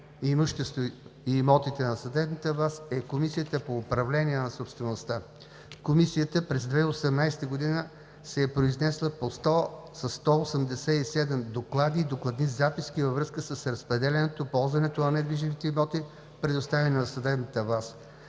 и имотите на съдебната власт е Комисията по управление на собствеността. Комисията през 2018 г. се е произнесла със 187 доклада и докладни записки във връзка с разпределянето, ползването на недвижимите имоти, предоставени на съдебната власт.